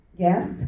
Yes